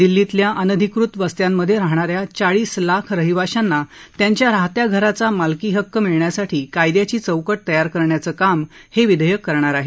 दिल्लीतल्या अनधिकृत वस्त्यांमधे राहणा या चाळीस लाख रहिवाशांना त्यांच्या राहत्या घराचा मालकी हक्क मिळण्यासाठी कायद्याची चौकट तयार करण्याचं काम हे विधेयक करणार आहे